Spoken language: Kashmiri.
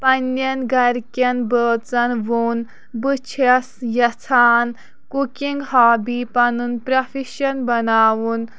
پنٛنٮ۪ن گَرِکٮ۪ن بٲژَن ووٚن بہٕ چھَس یَژھان کُکِنٛگ ہابی پَنُن پرٛوفیٚشَن بناوُن